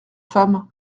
femme